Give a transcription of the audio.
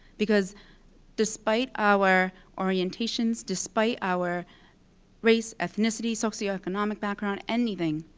because despite our orientations, despite our race, ethnicity, socioeconomic background, anything,